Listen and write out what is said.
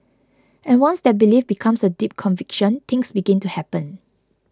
and once that belief becomes a deep conviction things begin to happen